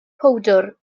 powdwr